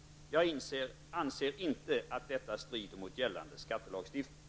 Jag anser inte att detta strider mot gällande skattelagstiftning.